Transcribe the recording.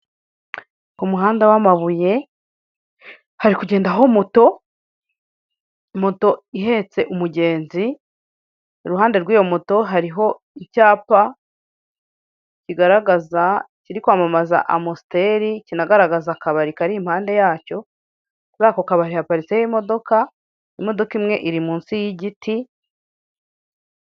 Umuhanda w'amabuye hari kugendaho moto, moto ihetse umugenzi, iruhande rw'iyo moto hariho icyapa kigaragaza kiri kwamamaza Amusiteri kinagaragaza akabari kari impande yacyo, kuri ako kabari haparitseho imodoka, imodoka imwe iri munsi y'igiti,...